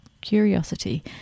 curiosity